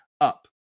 up